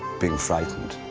being frightened.